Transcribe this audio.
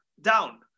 down